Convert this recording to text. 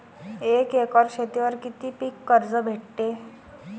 एक एकर शेतीवर किती पीक कर्ज भेटते?